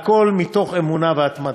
והכול מתוך אמונה והתמדה.